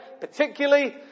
Particularly